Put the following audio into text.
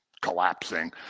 collapsing